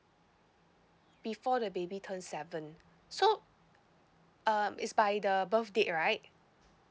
before the baby turns seven so um is by the birth date right